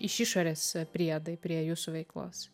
iš išorės priedai prie jūsų veiklos